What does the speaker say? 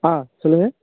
ஆ சொல்லுங்கள்